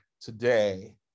today